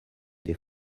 des